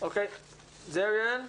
תודה יעל.